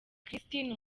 christine